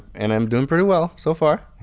and i am doing pretty well so far,